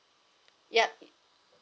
yup